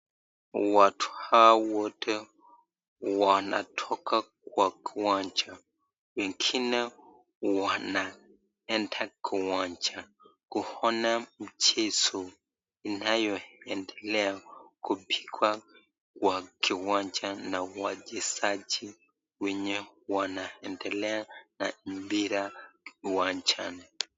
Watu hawa wote wanatoka kwa kiwanja, wengine wanaenda kwa uwanja kuona mchezo inayoendelea kupigwa kwa kiwanja na wachezaji wenye wanaendelea na mpira uwanjani.